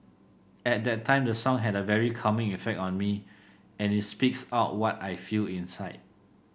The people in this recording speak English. at that time the song had a very calming effect on me and it speaks out what I feel inside